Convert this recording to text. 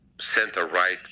center-right